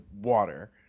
water